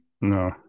no